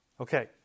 Okay